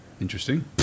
Interesting